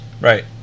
Right